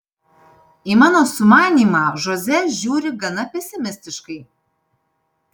į mano sumanymą žoze žiūri gana pesimistiškai